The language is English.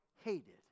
hated